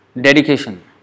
dedication